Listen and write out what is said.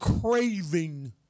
craving